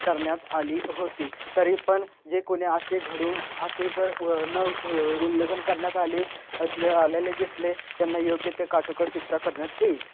करण्यात आली होती तरी पण जे कोणी असे घडून असे जर न उ उल्लंघन करण्यात आले आलेले दिसले त्यांना योग्य ते काटेकोर शिक्षा करण्यात येईल